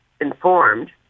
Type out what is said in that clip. informed